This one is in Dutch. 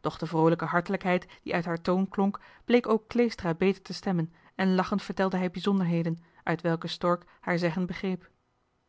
doch de vroolijke hartelijkheid die uit haar toon klonk bleek ook kleestra beter te stemmen en lachend vertelde hij bijzonderheden uit welke stork haar zeggen begreep